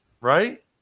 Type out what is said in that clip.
right